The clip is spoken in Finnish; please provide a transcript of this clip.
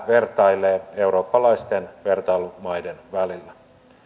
vertailee eurooppalaisten vertailumaiden välillä